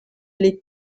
les